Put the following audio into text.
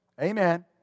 amen